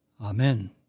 Amen